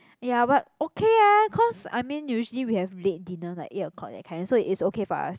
ya but okay eh cause I mean usually we have late dinner like eight o-clock that kind so it's okay for us